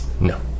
No